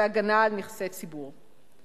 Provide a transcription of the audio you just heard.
והגנה על נכסי ציבור.